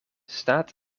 staat